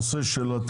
של נושא התערובת,